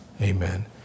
Amen